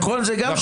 זה גם שיקול דעת.